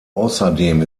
außerdem